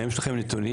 האם יש לכם נתונים?